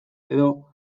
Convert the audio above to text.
edo